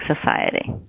Society